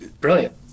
Brilliant